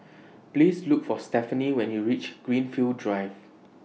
Please Look For Stephenie when YOU REACH Greenfield Drive